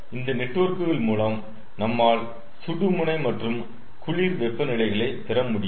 இந்த நெட்வொர்க்குகள் மூலம் நம்மால் சுடு முனை மற்றும் குளிர் வெப்ப நிலைகளை பெறமுடியும்